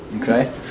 Okay